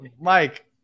Mike